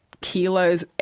kilos